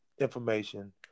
information